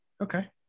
Okay